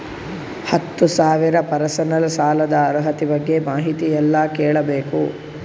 ಹತ್ತು ಸಾವಿರ ಪರ್ಸನಲ್ ಸಾಲದ ಅರ್ಹತಿ ಬಗ್ಗೆ ಮಾಹಿತಿ ಎಲ್ಲ ಕೇಳಬೇಕು?